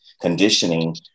conditioning